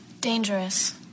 Dangerous